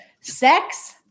Sex